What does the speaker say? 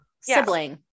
sibling